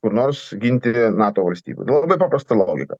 kur nors ginti nato valstybių nu labai paprasta logika